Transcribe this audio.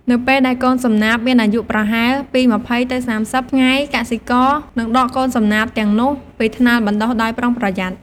នៅពេលដែលកូនសំណាបមានអាយុប្រហែលពី ២០ ទៅ ៣០ ថ្ងៃកសិករនឹងដកកូនសំណាបទាំងនោះពីថ្នាលបណ្ដុះដោយប្រុងប្រយ័ត្ន។